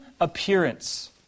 appearance